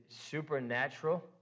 supernatural